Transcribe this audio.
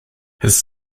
his